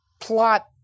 plot